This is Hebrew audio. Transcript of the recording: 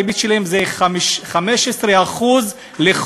הריבית שלהם היא 15% לחודש.